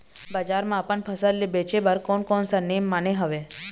बजार मा अपन फसल ले बेचे बार कोन कौन सा नेम माने हवे?